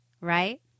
right